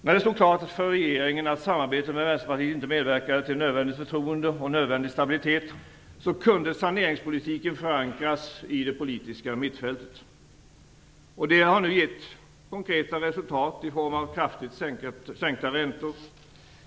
När det stod klart för regeringen att samarbetet med Vänsterpartiet inte medverkade till nödvändigt förtroende och nödvändig stabilitet så kunde saneringspolitiken förankras i det politiska mittfältet. Det har nu gett konkreta resultat i form av kraftigt sänkta räntor.